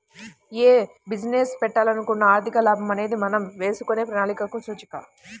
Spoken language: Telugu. యే బిజినెస్ పెట్టాలనుకున్నా ఆర్థిక లాభం అనేది మనం వేసుకునే ప్రణాళికలకు సూచిక